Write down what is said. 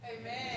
Amen